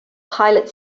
pilot